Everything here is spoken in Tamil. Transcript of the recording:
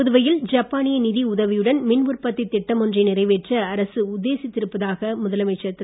புதுவையில் ஜப்பானிய நிதி உதவியுடன் மின் உற்பத்தித் திட்டம் ஒன்றை நிறைவேற்ற அரசு உத்தேசித்திருப்பதாக முதலமைச்சர் திரு